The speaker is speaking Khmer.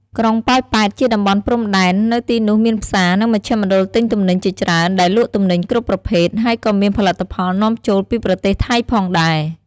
ក្រុងប៉ោយប៉ែតជាតំបន់ព្រំដែន នៅទីនោះមានផ្សារ និង មជ្ឈមណ្ឌលទិញទំនិញជាច្រើនដែលលក់ទំនិញគ្រប់ប្រភេទ ហើយក៏មានផលិតផលនាំចូលពីប្រទេសថៃផងដែរ។